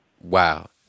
Wow